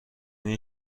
این